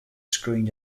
screened